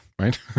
Right